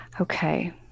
Okay